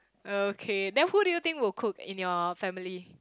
okay then who do you think will cook in your family